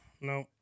No